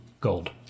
gold